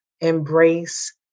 embrace